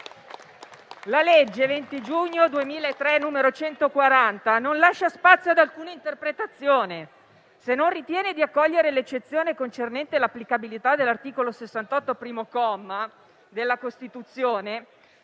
La legge 20 giugno 2003, n. 140 non lascia spazio ad alcuna interpretazione. Se non ritiene di accogliere l'eccezione concernente l'applicabilità dell'articolo 68, comma 1, della Costituzione